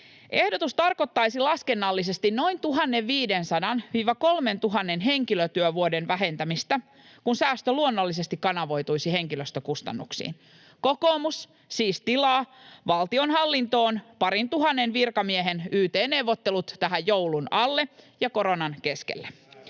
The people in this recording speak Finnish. ehdotus tarkoittaisi laskennallisesti noin 1 500—3 000 henkilötyövuoden vähentämistä, kun säästö luonnollisesti kanavoituisi henkilöstökustannuksiin. Kokoomus siis tilaa valtionhallintoon parintuhannen virkamiehen yt-neuvottelut tähän joulun alle ja koronan keskelle.